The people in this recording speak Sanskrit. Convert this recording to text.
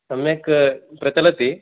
सम्यक् प्रचलति